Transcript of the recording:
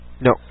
No